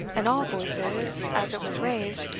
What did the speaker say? and all voices, as it was raised,